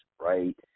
right